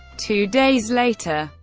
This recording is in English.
two days later,